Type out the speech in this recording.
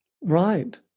Right